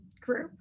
group